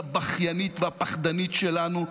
הבכיינית והפחדנית שלנו,